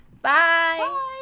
Bye